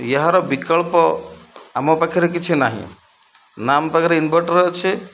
ଏହାର ବିକଳ୍ପ ଆମ ପାଖରେ କିଛି ନାହିଁ ନା ଆମ ପାଖରେ ଇନଭର୍ଟର ଅଛି